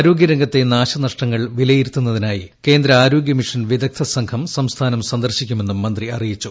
ആരോഗ്യരംഗത്തെ നാശനഷ്ടങ്ങൾ വിലയിരുത്തുന്നതിനായി കേന്ദ്ര ആരോഗ്യ മിഷൻ വിദഗ്ദ്ധ സംഘം സംസ്ഥാനം സന്ദർശിക്കുമെന്നും മന്ത്രി അറിയിച്ചു